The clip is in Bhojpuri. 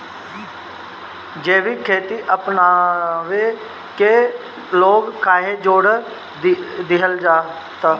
जैविक खेती अपनावे के लोग काहे जोड़ दिहल जाता?